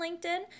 LinkedIn